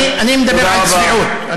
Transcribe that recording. אני מדבר על צביעות.